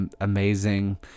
amazing